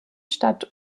statt